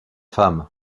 femme